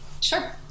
Sure